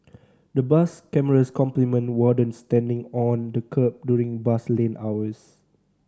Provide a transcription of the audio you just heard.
the bus cameras complement wardens standing on the kerb during bus lane hours